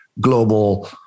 global